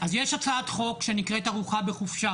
אז יש הצעת חוק שנקראת "ארוחה בחופשה",